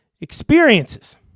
experiences